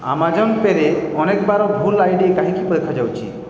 Amazon ପେ'ରେ ଅନେକ ବାର ଭୁଲ ଆଇ ଡ଼ି କାହିଁକି ଦେଖାଉଛି